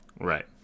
Right